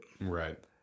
Right